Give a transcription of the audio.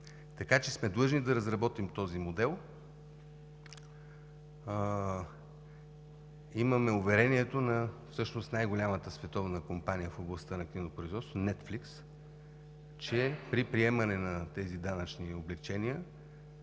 Така че сме длъжни да разработим този модел. Имаме уверението всъщност на най-голямата световна компания в областта на кинопроизводството „Нетфликс“, че при приемане на тези данъчни облекчения